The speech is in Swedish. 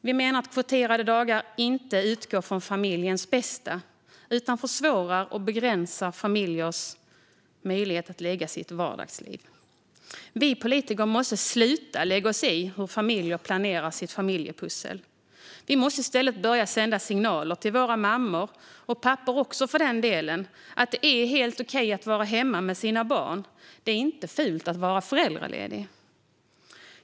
Vi menar att kvoterade dagar inte utgår från familjens bästa utan försvårar och begränsar familjers vardagsliv. Vi politiker måste sluta lägga oss i hur familjer planerar sitt familjepussel. Vi måste i stället börja sända signaler till mammor, och pappor också för den delen, att det är helt okej att vara hemma med sina barn. Det är inte fult att vara föräldraledig.